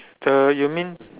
the you mean